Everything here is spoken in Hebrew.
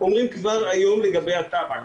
אומרים כבר היום לגבי הטבק.